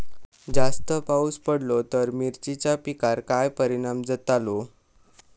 जास्त पाऊस पडलो तर मिरचीच्या पिकार काय परणाम जतालो?